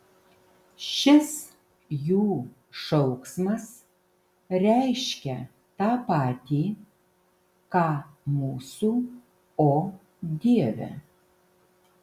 šis jų šauksmas reiškia tą patį ką mūsų o dieve